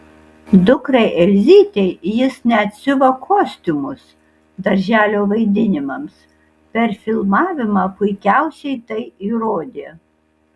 dukrai elzytei jis net siuva kostiumus darželio vaidinimams per filmavimą puikiausiai tai įrodė